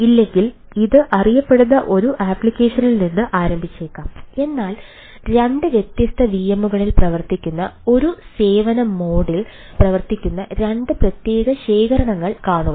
ഇല്ലെങ്കിൽ ഇത് അറിയപ്പെടുന്ന ഒരു ആപ്ലിക്കേഷനിൽ നിന്ന് ആരംഭിച്ചേക്കാം എന്നാൽ 2 വ്യത്യസ്ത വിഎമ്മുകളിൽ പ്രവർത്തിക്കുന്ന ഒരു സേവന മോഡിൽ പ്രവർത്തിക്കുന്ന 2 പ്രത്യേക ശേഖരണങ്ങൾ കാണുക